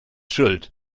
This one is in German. schuld